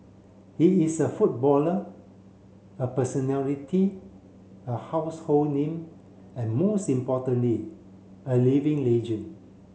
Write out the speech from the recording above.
he is a footballer a personality a household name and most importantly a living legend